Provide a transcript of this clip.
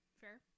Fair